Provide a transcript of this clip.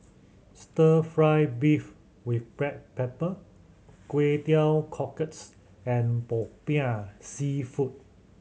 Stir Fry beef with black pepper Kway Teow Cockles and Popiah Seafood